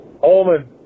Holman